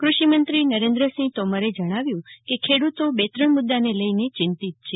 કૃષિમંત્રી નરેન્દ્રસિંહ તોમરે જણાવ્યું કે ખેડૂતો બે ત્રણ મુદ્દાને લઈ ચિંતિત છે